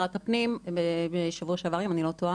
כן, פנינו לשרת הפנים בשבוע שעבר, אם אני לא טועה.